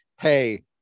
hey